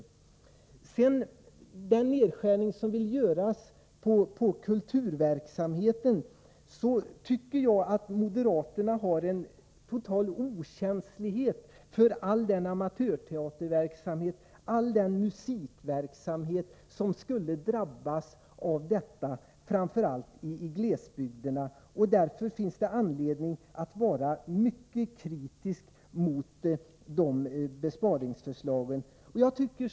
När det gäller den nedskärning som man vill göra på kulturverksamheten tycker jag att moderaterna är totalt okänsliga för all den amatörteaterverksamhet och musikverksamhet som skulle drabbas, framför allt i glesbygderna. Därför finns det anledning att vara mycket kritisk mot besparingsförslagen på denna punkt.